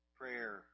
prayer